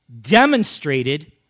demonstrated